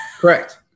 Correct